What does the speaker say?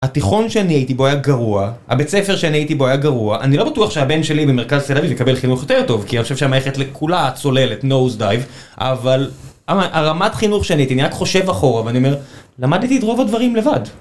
התיכון שאני הייתי בו היה גרוע, הבית ספר שאני הייתי בו היה גרוע, אני לא בטוח שהבן שלי במרכז תל אביב יקבל חינוך יותר טוב, כי אני חושב שהמערכת ל... כולה צוללת nose dive, אבל... הרמת חינוך שאני הייתי, אני רק חושב אחורה ואני אומר, למדתי את רוב הדברים לבד.